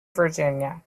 virginia